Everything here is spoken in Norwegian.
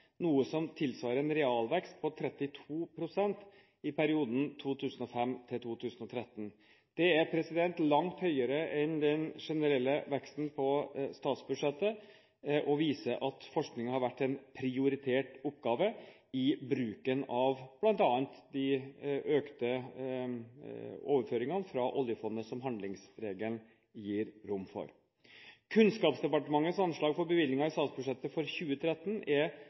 noe som tilsvarer en realvekst på 32 pst. i perioden 2005–2013. Det er langt høyere enn den generelle veksten på statsbudsjettet og viser at forskningen har vært en prioritert oppgave i bruken av bl.a. de økte overføringene fra oljefondet som handlingsregelen gir rom for. Kunnskapsdepartementets anslag for bevilgningen i statsbudsjettet for 2013 er